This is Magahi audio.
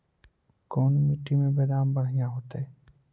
कोन मट्टी में बेदाम बढ़िया होतै?